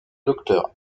docteur